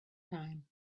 time